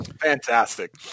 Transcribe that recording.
Fantastic